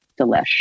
delish